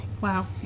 Wow